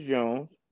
Jones